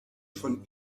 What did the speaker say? von